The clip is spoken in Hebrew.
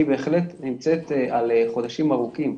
היא בהחלט נמצאת על חודשים ארוכים,